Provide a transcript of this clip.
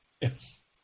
Yes